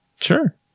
Sure